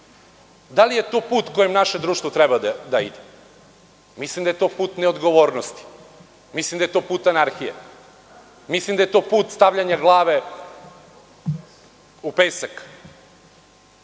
Da li je to put kojim naše društvo treba da ide? Mislim da je to put neodgovornosti. Mislim da je to put anarhije. Mislim da je to put stavljanja glave u pesak. Na